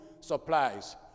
supplies